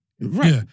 Right